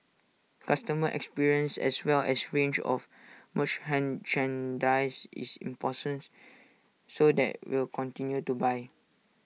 customer experience as well as range of is importance so that will continue to buy